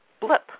blip